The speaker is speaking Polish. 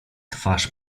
twarz